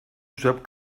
josep